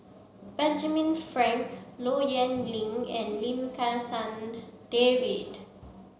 Benjamin Frank Low Yen Ling and Lim Kim San David